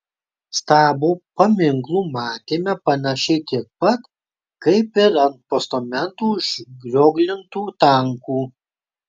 stabo paminklų matėme panašiai tiek pat kaip ir ant postamentų užrioglintų tankų